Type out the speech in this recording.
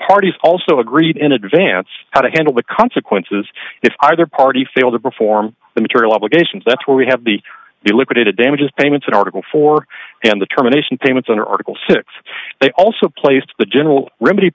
parties also agreed in advance how to handle the consequences if either party fail to perform the material obligations that we have the the liquidated damages payments in article four and the terminations payments under article six they also placed the general remedy